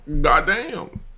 Goddamn